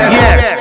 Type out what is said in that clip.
yes